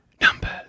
Numbers